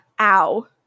ow